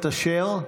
אשר?